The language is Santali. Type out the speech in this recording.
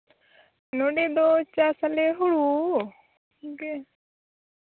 ᱱᱚᱸᱰᱮ ᱫᱚ ᱪᱟᱥ ᱟᱞᱮ ᱦᱩᱲᱩ ᱜᱮ